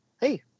Hey